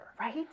Right